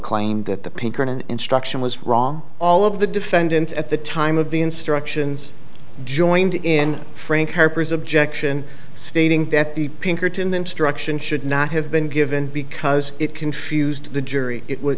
claim that the pinkerton instruction was wrong all of the defendants at the time of the instructions joined in frank harper's objection stating that the pinkerton instruction should not have been given because it confused the jury it was